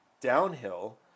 downhill